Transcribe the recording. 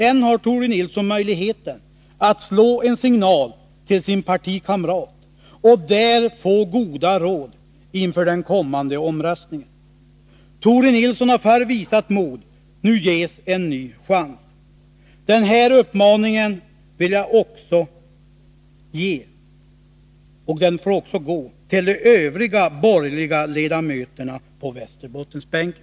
Ännu har Tore Nilsson möjlighet att slå en signal till en partikamrat och därigenom få goda råd inför den kommande omröstningen. Tore Nilsson har förr visat mod. Nu ges en ny chans. Den här uppmaningen får också gå till de övriga borgerliga ledamöterna på Västerbottensbänken.